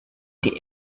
die